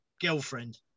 girlfriend